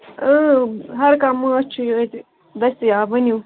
اۭں ہر کانٛہہ مٲچھ چھُ یہِ ییٚتہِ دستیاب ؤنِو